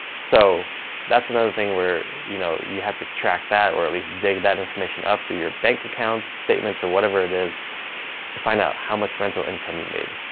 so that's another thing where you know you have to track that or at least dig that information up through your bank account statements or whatever it is to find out how much rental income you made.